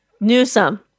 Newsom